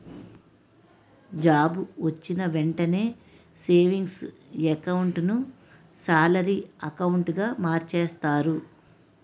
job వొచ్చిన వెంటనే savings account ను సాలరీ అకౌంటుగా మార్చేస్తారు